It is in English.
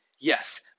Yes